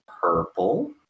Purple